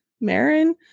Marin